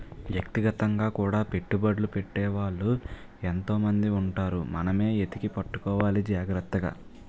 వ్యక్తిగతంగా కూడా పెట్టుబడ్లు పెట్టే వాళ్ళు ఎంతో మంది ఉంటారు మనమే ఎతికి పట్టుకోవాలి జాగ్రత్తగా